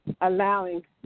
allowing